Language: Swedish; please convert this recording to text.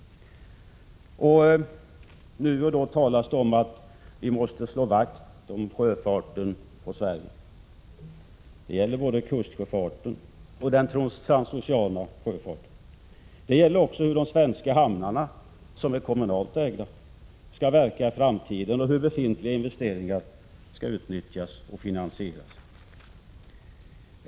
Nu talas det om att vi måste slå vakt om sjöfarten på Sverige. Det gäller både kustsjöfarten och den transoceana sjöfarten. Det gäller också hur de svenska hamnarna, som är kommunalt ägda, skall verka i framtiden och hur befintliga investeringar skall utnyttjas och finansieras.